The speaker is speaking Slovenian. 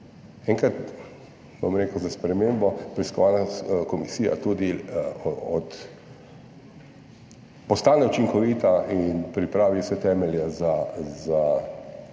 enkrat, bom rekel, za spremembo preiskovalna komisija tudi postane učinkovita in pripravi vse temelje za